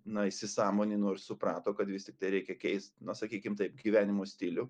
na įsisąmonino ir suprato kad vis tiktai reikia keist na sakykim taip gyvenimo stilių